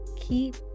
keep